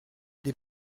des